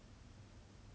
have the rights